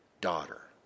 daughter